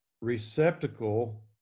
receptacle